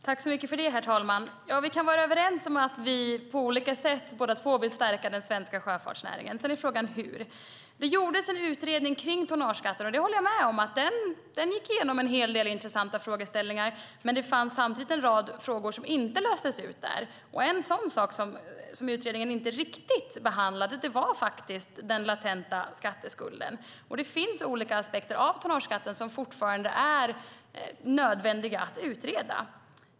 Herr talman! Vi kan vara överens om att vi på olika sätt båda två vill stärka den svenska sjöfartsnäringen. Sedan är frågan: Hur? Det gjordes en utredning om tonnageskatten. Jag håller med om att den gick igenom en hel del intressanta frågeställningar, men det fanns samtidigt en rad frågor som inte löstes där. Och en sak som utredningen inte riktigt behandlade var faktiskt den latenta skatteskulden. Det finns olika aspekter av tonnageskatten som fortfarande är nödvändiga att utreda.